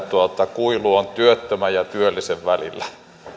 kuilu on työttömän ja työllisen välillä